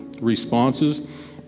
responses